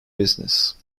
business